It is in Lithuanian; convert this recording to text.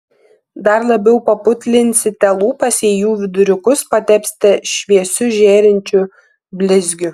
dar labiau paputlinsite lūpas jei jų viduriukus patepsite šviesiu žėrinčiu blizgiu